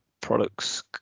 products